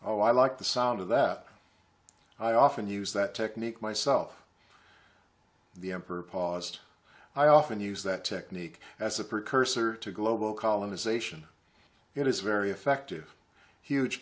oh i like the sound of that i often use that technique myself the emperor paused i often use that technique as a precursor to global colonization it is very effective huge